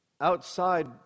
outside